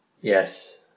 Yes